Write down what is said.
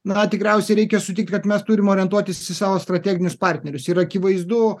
na tikriausiai reikia sutikti kad mes turim orientuotis į savo strateginius partnerius ir akivaizdu